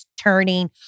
turning